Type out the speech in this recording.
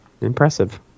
impressive